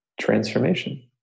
transformation